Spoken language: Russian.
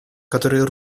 который